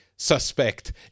Suspect